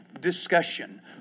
discussion